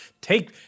Take